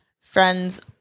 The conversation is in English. friend's